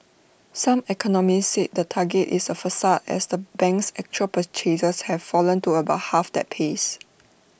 some economists said the target is A facade as the bank's actual purchases have fallen to about half that pace